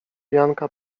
janka